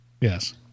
Yes